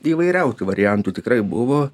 įvairiausių variantų tikrai buvo